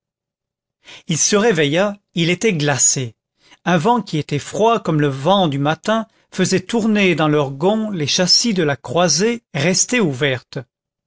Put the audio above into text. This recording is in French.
il se réveilla il était glacé un vent qui était froid comme le vent du matin faisait tourner dans leurs gonds les châssis de la croisée restée ouverte